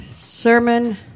sermon